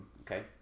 Okay